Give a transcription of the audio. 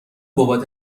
بابت